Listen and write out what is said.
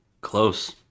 Close